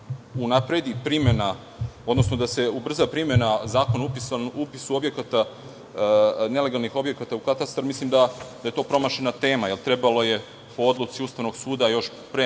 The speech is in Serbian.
da se ubrza primena Zakona o upisu nelegalnih objekata u katastar, mislim da je to promašena tema, jer trebalo je po odluci Ustavnog suda još pre